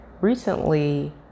Recently